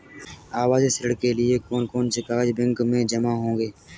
आवासीय ऋण के लिए कौन कौन से कागज बैंक में जमा होंगे?